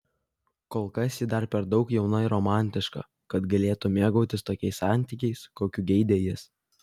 kol kas ji dar per daug jauna ir romantiška kad galėtų mėgautis tokiais santykiais kokių geidė jis